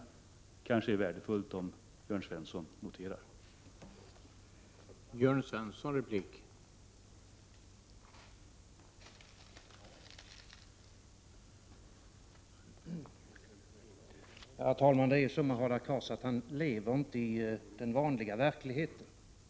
Det kanske vore värdefullt om Jörn Svensson noterade detta.